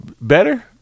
better